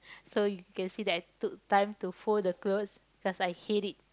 so you can see that I took time to fold the clothes cause I hate it